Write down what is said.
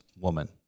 woman